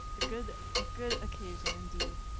good ah good occasion indeed.